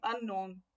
unknown